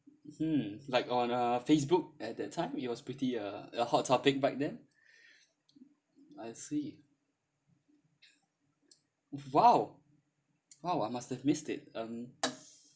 hmm like on uh facebook at that time it was pretty uh the hot topic back then I see !wow! !wow! I must have missed it mm